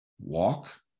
walk